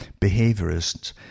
behaviorists